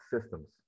systems